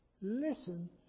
Listen